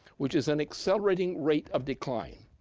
which is in accelerating rate of decline.